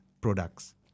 products